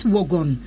Wagon